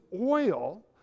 oil